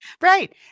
Right